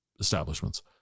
establishments